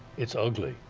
it's ugly.